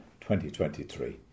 2023